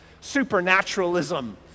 Supernaturalism